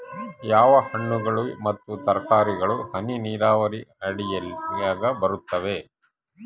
ಯಾವ ಹಣ್ಣುಗಳು ಮತ್ತು ತರಕಾರಿಗಳು ಹನಿ ನೇರಾವರಿ ಅಡಿಯಾಗ ಬರುತ್ತವೆ?